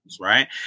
right